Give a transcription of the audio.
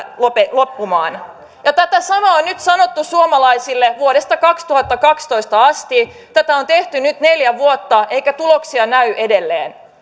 loppumaan tätä samaa on nyt sanottu suomalaisille vuodesta kaksituhattakaksitoista asti tätä on tehty nyt neljä vuotta eikä tuloksia näy edelleenkään